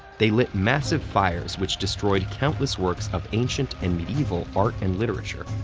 they lit massive fires, which destroyed countless works of ancient and medieval art and literature,